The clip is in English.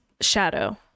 shadow